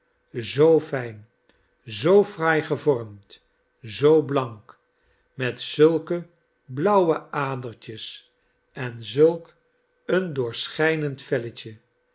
zoo fijn zoo fraai gevormd zoo blank met zulke blauwe adertjes en zulk een doorschijnend velletje